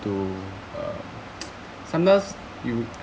to uh sometimes you